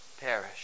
perish